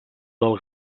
del